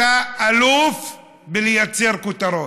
אתה אלוף בלייצר כותרות.